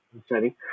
Exciting